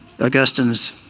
Augustine's